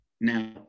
Now